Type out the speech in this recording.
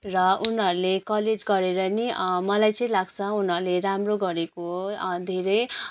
र उनीहरूले कलेज गरेर नै मलाई चाहिँ लाग्छ उनीहरूले राम्रो गरेको धेरै